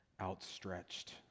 outstretched